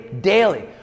daily